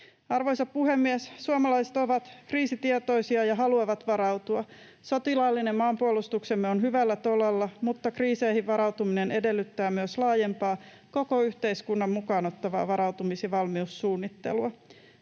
Arvoisa puhemies! Suomalaiset ovat kriisitietoisia ja haluavat varautua. Sotilaallinen maanpuolustuksemme on hyvällä tolalla, mutta kriiseihin varautuminen edellyttää myös laajempaa, koko yhteiskunnan mukaan ottavaa varautumis- ja valmiussuunnittelua.